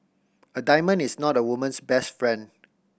a diamond is not a woman's best friend